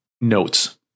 notes